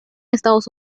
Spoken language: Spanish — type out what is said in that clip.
estados